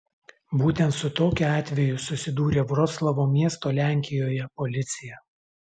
būtent su tokiu atveju susidūrė vroclavo miesto lenkijoje policija